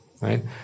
right